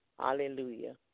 Hallelujah